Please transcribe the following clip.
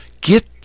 get